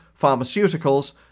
pharmaceuticals